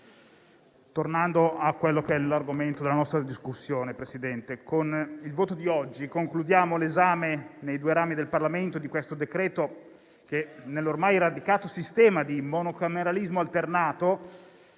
tornando all'argomento della nostra discussione, con il voto di oggi concludiamo l'esame, nei due rami del Parlamento, del decreto-legge, che, nell'ormai radicato sistema di monocameralismo alternato,